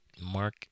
Mark